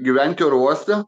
gyventi oro uoste